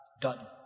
done